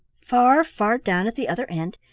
far, far down at the other end,